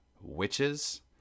witches